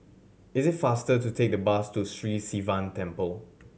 is it faster to take the bus to Sri Sivan Temple